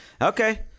okay